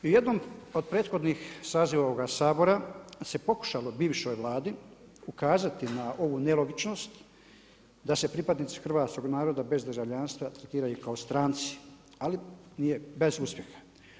I u jednom od prethodni saziva ovoga Sabora se pokušalo bivšoj Vladi ukazati na ovu nelogičnost da se pripadnici hrvatskoga naroda bez državljanstva tretiraju kao stranci ali bez uspjeha.